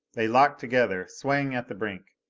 they locked together, swaying at the brink.